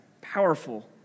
powerful